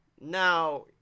Now